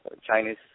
Chinese